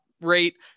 rate